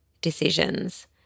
decisions